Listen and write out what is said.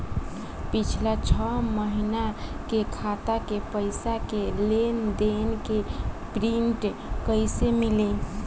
पिछला छह महीना के खाता के पइसा के लेन देन के प्रींट कइसे मिली?